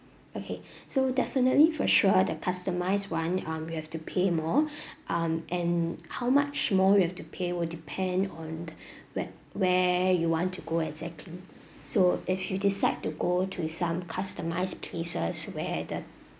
okay so definitely for sure the customised [one] um you have to pay more um and how much more you have to pay will depend on where where you want to go exactly so if you decide to go to some customised places where the